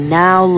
now